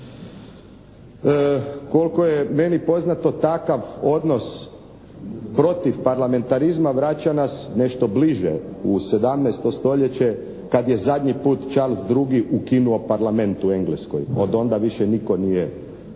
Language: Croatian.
Koliko je meni poznato, takav odnos protiv parlamentarizma vraća nas nešto bliže u 17. stoljeće kad je zadnji put Charles II. ukinuo parlament u Engleskoj. Od onda više nitko nije